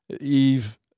Eve